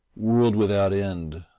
world without end,